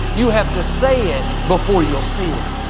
you have to say it before you'll see it.